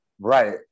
Right